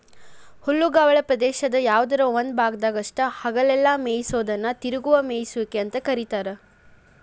ಹುಲ್ಲುಗಾವಲ ಪ್ರದೇಶದ ಯಾವದರ ಒಂದ ಭಾಗದಾಗಷ್ಟ ಹಗಲೆಲ್ಲ ಮೇಯಿಸೋದನ್ನ ತಿರುಗುವ ಮೇಯಿಸುವಿಕೆ ಅಂತ ಕರೇತಾರ